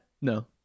No